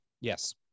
Yes